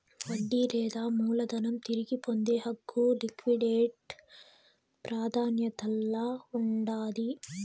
వడ్డీ లేదా మూలధనం తిరిగి పొందే హక్కు లిక్విడేట్ ప్రాదాన్యతల్ల ఉండాది